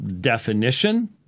definition